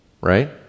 Right